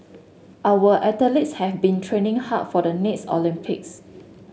our athletes have been training hard for the next Olympics